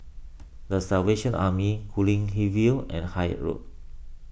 the Salvation Army Guilin View and Haig Road